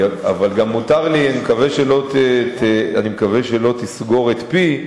אני מקווה שלא תסגור את פי,